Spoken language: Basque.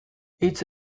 hitz